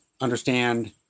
understand